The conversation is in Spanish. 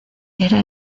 era